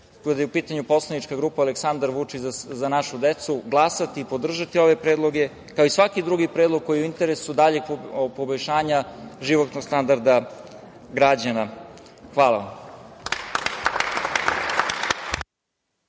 kada je u pitanju Poslanička grupa Aleksandar Vučić – Za našu decu, glasati i podržati ove predloge, kao i svaki drugi predlog koji je u interesu daljeg poboljšanja životnog standarda građana. Hvala vam.